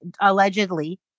allegedly